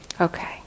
Okay